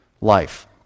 life